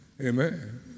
Amen